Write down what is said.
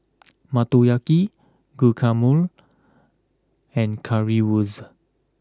Motoyaki Guacamole and Currywurst